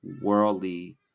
worldly